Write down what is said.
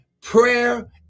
prayer